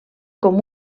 com